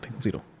zero